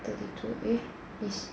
thirty two eh is